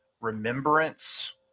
remembrance